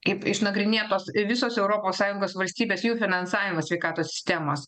kaip išnagrinėtos visos europos sąjungos valstybės jų finansavimas sveikatos sistemos